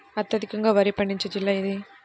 అత్యధికంగా వరి పండించే జిల్లా ఏది?